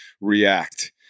react